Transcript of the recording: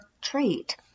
treat